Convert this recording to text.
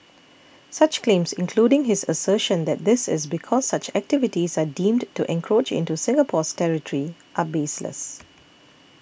such claims including his assertion that this is because such activities are deemed to encroach into Singapore's territory are baseless